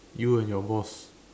you and your boss